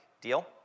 Deal